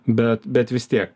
bet bet vis tie